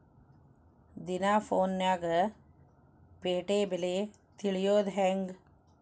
ದಿನಾ ಫೋನ್ಯಾಗ್ ಪೇಟೆ ಬೆಲೆ ತಿಳಿಯೋದ್ ಹೆಂಗ್?